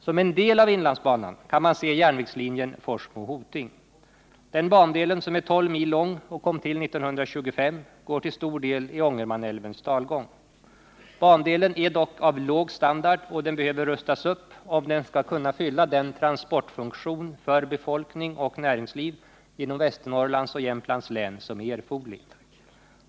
Som en del av inlandsbanan kan man se järnvägslinjen Forsmo-Hoting. Den bandelen, som är 12 mil lång och kom till år 1925, går till stor del i Ångermanälvens dalgång. Bandelen är dock av låg standard och behöver rustas upp, om den skall kunna fylla den transportfunktion för befolkning och näringsliv inom Västernorrlands och Jämtlands län som är erforderlig.